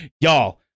Y'all